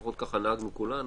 לפחות ככה נהגנו כולנו: